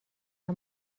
اگر